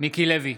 מיקי לוי,